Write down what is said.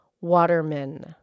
Waterman